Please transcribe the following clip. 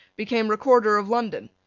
became recorder of london.